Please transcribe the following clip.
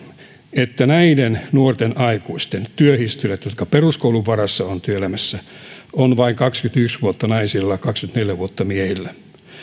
että näiden nuorten aikuisten jotka peruskoulun varassa ovat työelämässä työhistoriat ovat vain kaksikymmentäyksi vuotta naisilla kaksikymmentäneljä vuotta miehillä